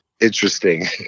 interesting